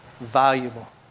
valuable